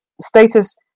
Status